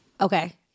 okay